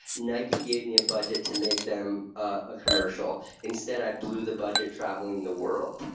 nike gave me a budget to make them a commercial. instead i blew the budget traveling the world.